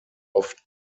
oft